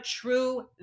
true